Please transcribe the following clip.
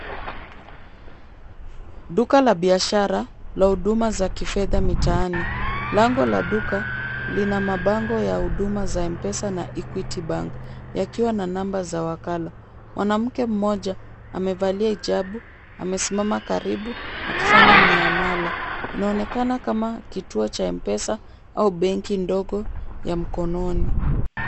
Duka la biashara la huduma za kifedha mitaani, lango la duka lina mabango ya huduma za mpesa na equity bank yakiwa na namba za wakala .Mwanamke mmoja amevalia hijabu, amesimama karibu akifanya miamala. Inaonekana kama kituo cha mpesa au benki ndogo ya mkononi.